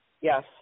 Yes